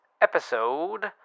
episode